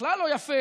בכלל לא יפה,